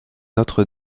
notre